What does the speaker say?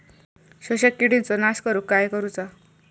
शोषक किडींचो नाश करूक काय करुचा?